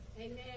Amen